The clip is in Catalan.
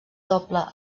doble